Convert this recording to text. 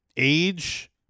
age